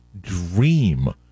dream